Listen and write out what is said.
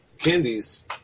Candies